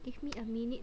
give me a minute